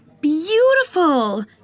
beautiful